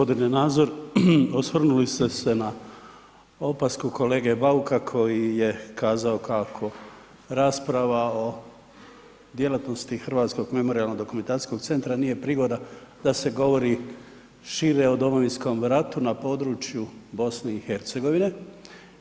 Gospodine Nazor, osvrnuli ste se na opasku kolege Bauka koji je kazao kako rasprava o djelatnosti Hrvatskog memorijalno dokumentacijskog centra nije prigoda da se govori šire o Domovinskom ratu na području BiH-a.